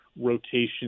rotation